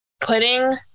putting